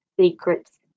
secrets